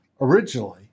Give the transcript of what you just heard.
originally